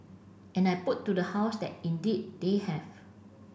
and I put to the House that indeed they have